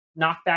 knockback